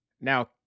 Now